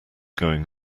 going